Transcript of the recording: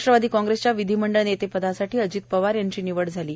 राष्ट्रवादी काँग्रेसच्या विधिमंडळ नेतेपदासाठी अजित पवार यांची निवड झाली आहे